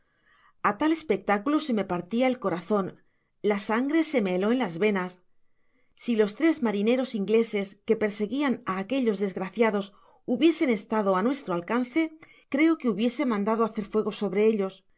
a tal espectáculo se me partía el corazon la sangre se me heló en las venas si los tres marineros ingleses que perseguían á aquellos desgraciados hubiesen estado á nuestro alcance creo que hubiese mandado hacer fuego sobre ellos